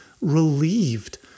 relieved